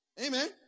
Amen